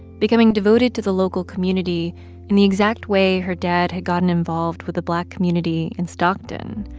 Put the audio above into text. becoming devoted to the local community in the exact way her dad had gotten involved with the black community in stockton.